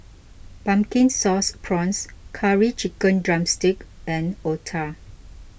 Pumpkin Sauce Prawns Curry Chicken Drumstick and Otah